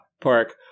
Park